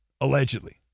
allegedly